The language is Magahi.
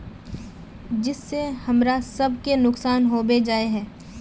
जिस से हमरा सब के नुकसान होबे जाय है?